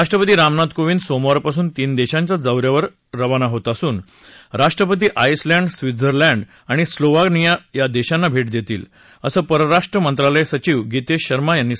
राष्ट्रपती रामनाथ कोविंद सोमवारपासून तीन देशांच्या दौऱ्यावर रवाना होत असून राष्ट्रपती आईसलँड स्वित्झर्लँड आणि स्लोव्हानिया या देशांना भेट देतील असं परराष्ट्र मंत्रालय सचिव गीतेश शर्मा यांनी सांगितलं